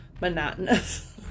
monotonous